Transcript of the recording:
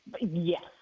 Yes